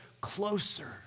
closer